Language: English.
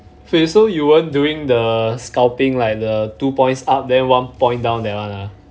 wait so you weren't doing the scouting like the two points up then one point down that one ah